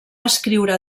escriure